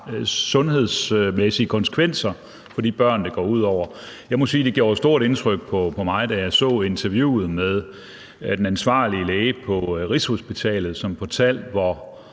sundhedsmæssige konsekvenser for de børn, det går ud over. Jeg må sige, at det gjorde stort indtryk på mig, da jeg så interviewet med den ansvarlige læge på Rigshospitalet, som fortalte, hvor